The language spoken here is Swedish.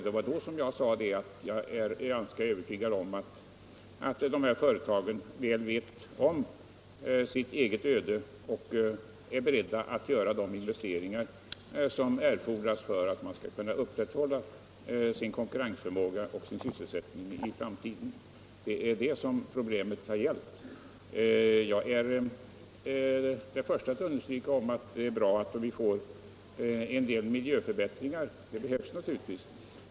Jag framhöll då att jag är ganska övertygad om att dessa företag väl vet om sitt eget öde och är beredda att göra de investeringar som erfordras för att de skall kunna upprätthålla sin konkurrensförmåga och sin sysselsättning i framtiden. Det är detta som problemet har gällt. Jag är den förste att understryka att det är bra att vi får en del miljöförbättringar — det behövs naturligtvis.